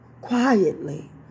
Quietly